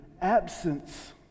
absence